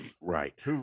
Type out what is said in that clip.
Right